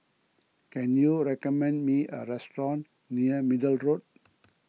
can you recommend me a restaurant near Middle Road